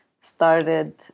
started